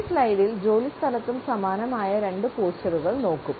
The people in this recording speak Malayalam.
ഈ സ്ലൈഡിൽ ജോലിസ്ഥലത്തും സമാനമായ രണ്ട് പോസ്ചറുകൾ നോക്കും